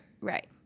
right